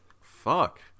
Fuck